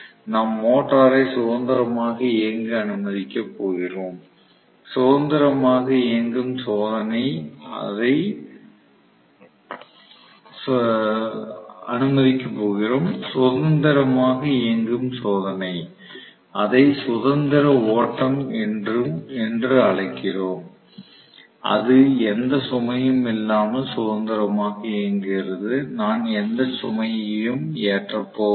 நாம் மோட்டாரை சுதந்திரமாக இயங்க அனுமதிக்கப் போகிறோம் சுதந்திரமாக இயங்கும் சோதனை அதை சுதந்திர ஓட்டம் என்று அழைக்கிறோம் அது எந்த சுமையும் இல்லாமல் சுதந்திரமாக இயங்குகிறது நான் எந்த சுமையையும் ஏற்றப் போவதில்லை